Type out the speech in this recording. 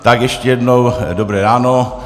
Tak ještě jednou dobré ráno.